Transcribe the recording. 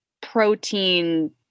protein